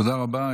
תודה רבה.